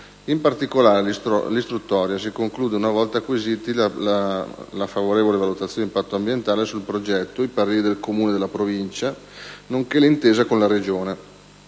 In particolare, l'istruttoria si conclude una volta acquisiti la favorevole valutazione d'impatto ambientale sul progetto presentato, i pareri del Comune e della Provincia nel territorio in